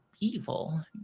evil